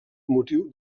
motiu